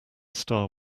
star